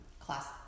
class